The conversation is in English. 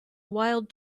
wild